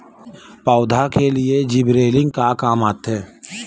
पौधा के लिए जिबरेलीन का काम आथे?